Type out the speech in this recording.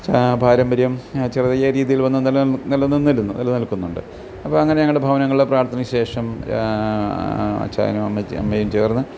പാരമ്പര്യം ചെറിയ രീതിയിൽ നിലനിന്നിരുന്നു നിലനിൽക്കുന്നുണ്ട് അപ്പോൾ അങ്ങനെ ഞങ്ങൾ ഭവനങ്ങളിൽ പ്രാർത്ഥനയ്ക്ക് ശേഷം അച്ചായനോ അമ്മച്ചി അമ്മയും ചേർന്ന്